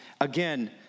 again